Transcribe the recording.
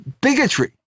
bigotry